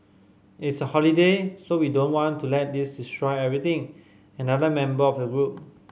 it's a holiday so we don't want to let this destroy everything another member of the group